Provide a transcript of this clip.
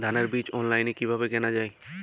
ধানের বীজ অনলাইনে কিভাবে কেনা যায়?